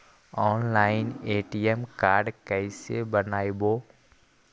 Online ATM card कैसे बनाबौ?